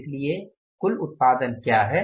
इसलिए कुल उत्पादन क्या है